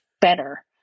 better